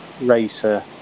racer